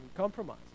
compromise